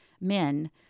men